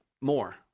more